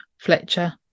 Fletcher